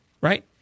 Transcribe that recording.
right